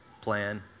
plan